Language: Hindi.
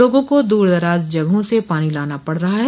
लोगों को दूर दराज जगहों से पानी लाना पड़ रहा है